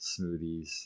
smoothies